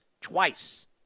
twice